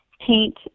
paint